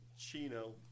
Chino